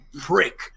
prick